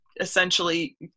essentially